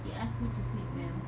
he asked me to sleep well